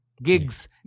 Gigs